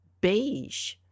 Beige